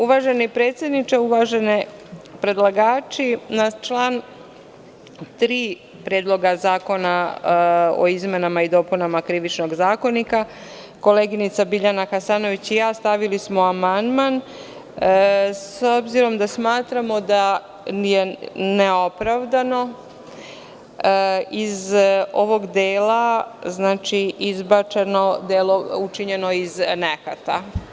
Uvaženi predsedniče, uvaženi predlagači, na član 3. Predloga zakona o izmenama i dopunama Krivičnog zakonika, koleginica Biljana Hasanović i ja stavili smo amandman s obzirom da smatramo da je neopravdano iz ovog dela izbačeno delo učinjeno iz nehata.